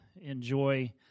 enjoy